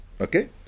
okay